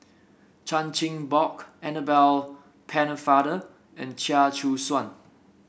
Chan Chin Bock Annabel Pennefather and Chia Choo Suan